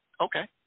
okay